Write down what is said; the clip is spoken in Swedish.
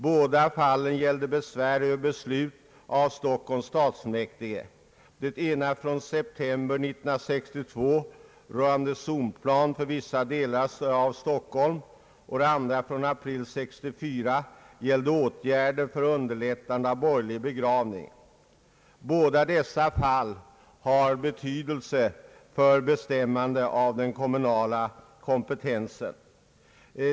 Båda fallen gällde besvär över beslut av Stockholms stadsfullmäktige, det ena från september 1962 rörande zonplan för vissa delar av Stockholm, det andra från april 1964 gällande åtgärder för underlättande av borgerlig begravning. Båda dessa fall har betydelse för bestämmande av den kommunala kompetensen.